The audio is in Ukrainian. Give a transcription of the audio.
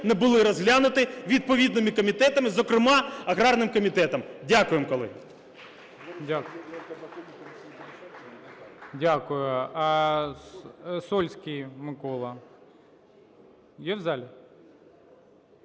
не були розглянуті відповідними комітетами, зокрема, аграрним комітетом. Дякуємо, колеги. ГОЛОВУЮЧИЙ. Дякую. Сольський Микола. Є в залі?